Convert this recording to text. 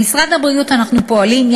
במשרד הבריאות אנחנו פועלים,